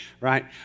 right